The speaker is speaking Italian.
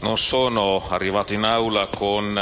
non sono arrivato in Aula con